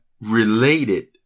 related